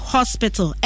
Hospital